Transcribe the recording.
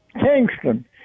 Kingston